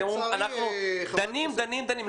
אתם אומרים: אנחנו דנים, דנים, דנים.